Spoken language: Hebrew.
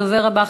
הדובר הבא,